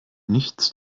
nichts